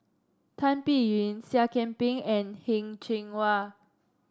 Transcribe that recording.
Tan Biyun Seah Kian Peng and Heng Cheng Hwa